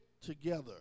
together